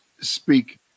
speak